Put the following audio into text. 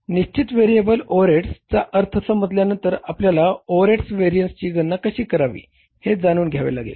तर निश्चित variable overheads चा अर्थ समजल्यानंतर आपल्याला ओव्हरहेड व्हेरिएन्सची गणना कशी करावी हे जाणून घ्यावे लागेल